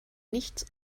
nichts